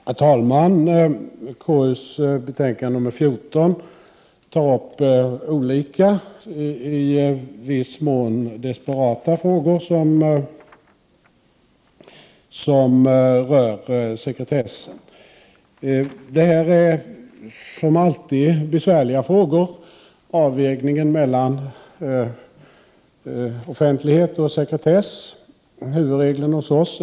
Herr talman! KU:s betänkande nr 14 tar upp olika, i viss mån disparata frågor, som rör sekretessen. Frågor som gäller avvägningen mellan offentlighet och sekretess är, som alltid, besvärliga.